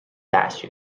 大学